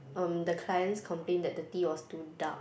the clients complain that the tea was too dark